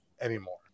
anymore